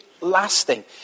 Lasting